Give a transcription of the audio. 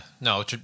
no